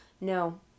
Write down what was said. No